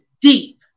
deep